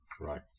Right